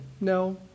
no